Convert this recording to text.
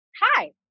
hi